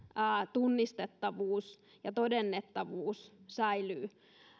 tunnistettavuus ja todennettavuus säilyvät